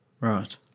Right